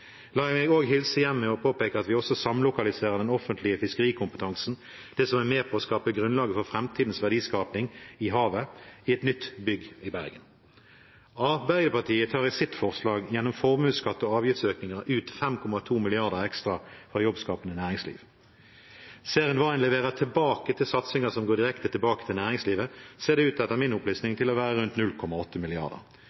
La meg også hilse hjem med å påpeke at vi også samlokaliserer den offentlige fiskerikompetansen, det som er med på å skape grunnlaget for framtidens verdiskaping i havet, i et nytt bygg i Bergen. Arbeiderpartiet tar i sitt forslag, gjennom formuesskatt og avgiftsøkninger, ut 5,2 mrd. kr ekstra fra jobbskapende næringsliv. Ser en hva en leverer tilbake til satsinger som går direkte tilbake til næringslivet, ser det etter min opplysning